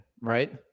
right